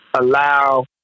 allow